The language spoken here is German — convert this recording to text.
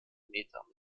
meter